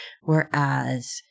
whereas